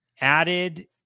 added